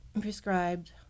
prescribed